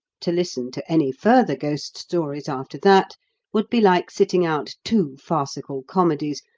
to listen to any further ghost stories after that would be like sitting out two farcical comedies,